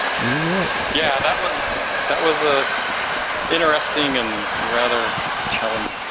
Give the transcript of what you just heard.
yeah right yeah, that was that was ah interesting and and rather challenging.